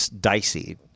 dicey